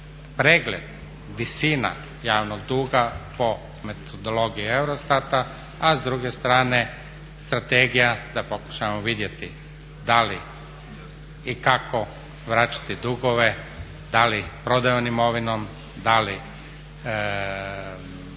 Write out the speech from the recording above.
pregled visina javnog duga po metodologiji EUROSTAT-a. A s druge strane strategija da pokušamo vidjeti da li i kako vraćati dugove, da li prodajom imovine, da li